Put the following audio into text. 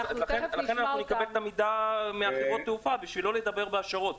לכן אנחנו נקבל את המידע מחברות התעופה בשביל לא לדבר בהשערות,